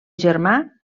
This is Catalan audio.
germà